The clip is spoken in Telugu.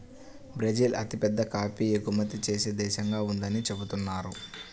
బ్రెజిల్ అతిపెద్ద కాఫీ ఎగుమతి చేసే దేశంగా ఉందని చెబుతున్నారు